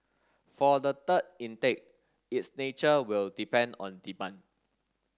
for the third intake its nature will depend on demand